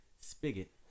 Spigot